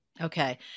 Okay